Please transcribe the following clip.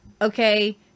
okay